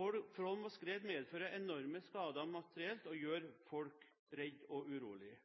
og skred medfører enorme skader materielt og gjør folk redde og urolige.